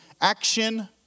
action